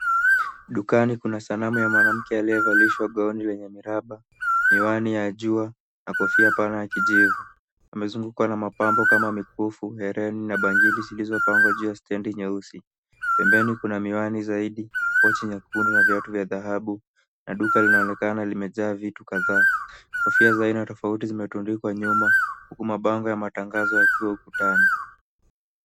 Dukani kuna sanamu ya mwanamke aliyevalishwa gauni yenye miraba, miwani ya jua, na kofia pana ya kijivu. Amezungukwa na mapambo kama mikufu, hereni, na bangili zilizopangwa juu ya stendi nyeusi. Pembeni kuna miwani zaidi, pochi nyekundu, na viatu vya dhahabu, na duka linaonekana limejaa vitu kadhaa. Kofia za aina tofauti zimetundikwa nyuma, huku mabango ya matangazo yakiwa ukutani.